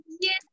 yes